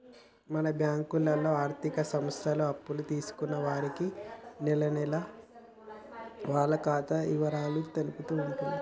మన బ్యాంకులో ఆర్థిక సంస్థలు అప్పులు తీసుకున్న వారికి నెలనెలా వాళ్ల ఖాతా ఇవరాలు తెలుపుతూ ఉంటుంది